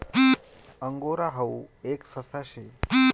angora हाऊ एक ससा शे